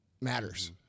matters